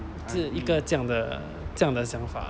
只一个这样的这样的想法